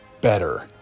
better